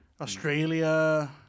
Australia